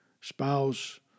spouse